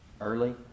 early